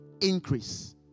increase